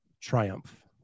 Triumph